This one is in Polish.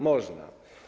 Można.